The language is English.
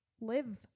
Live